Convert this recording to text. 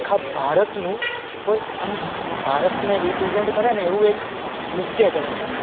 આખા ભારતનું કોઈ આમ ભારતને રિપ્રેજેંટ કરે ને એવું એક નૃત્ય કરવાનું હતું